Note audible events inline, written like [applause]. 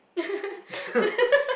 [laughs]